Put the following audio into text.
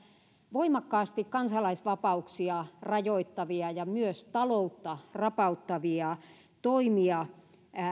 voimakkaasti kansalaisvapauksia rajoittavia ja myös taloutta rapauttavia toimia